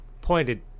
pointed